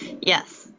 Yes